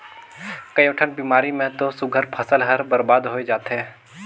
कयोठन बेमारी मे तो सुग्घर फसल हर बरबाद होय जाथे